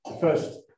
first